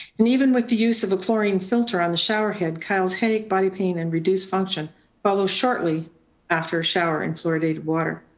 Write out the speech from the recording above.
and even with the use of a chlorine filter on the shower head, kyle's headache, body pain and reduced function follow shortly after a shower in fluoridated water.